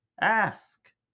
ask